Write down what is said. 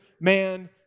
man